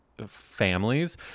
families